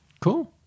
cool